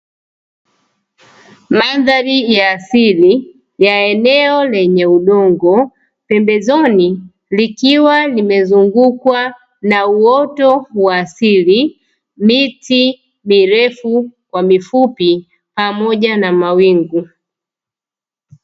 Mandhari ya asili ya eneo lenye udongo, pembezoni likiwa limezungukwa na uoto wa asili, miti mirefu kwa mifupi, pamoja na mawingu.